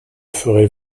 ferez